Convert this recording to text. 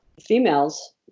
females